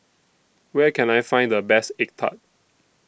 Where Can I Find The Best Egg Tart